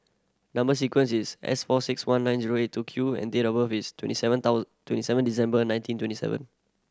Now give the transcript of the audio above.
number sequence is S four six one nine zero eight two Q and date of birth is twenty seven twenty seven December nineteen twenty seven